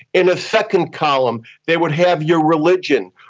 in a second column they would have your religion,